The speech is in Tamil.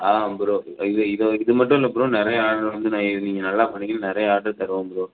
ஆ ப்ரோ இது இது இது மட்டுமல்ல ப்ரோ நிறைய ஆர்டர் வந்து நீங்கள் நல்லா பண்ணீங்கன்னால் நிறைய ஆர்ட்ரு தருவேன் ப்ரோ